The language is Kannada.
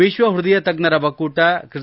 ವಿಶ್ವ ಪೃದಯ ತಜ್ಞರ ಒಕ್ಕೂಟ ಕ್ರಿ